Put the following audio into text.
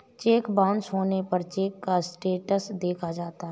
check bounce होने पर cheque का स्टेटस देखा जाता है